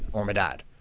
or my dad.